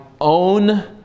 own